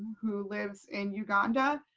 who lives in uganda,